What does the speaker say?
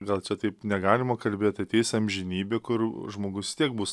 gal čia taip negalima kalbėt ateis amžinybė kur žmogus tiek bus